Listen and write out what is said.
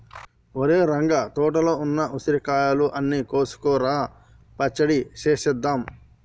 ఒరేయ్ రంగ తోటలో ఉన్న ఉసిరికాయలు అన్ని కోసుకురా పచ్చడి సేసేద్దాం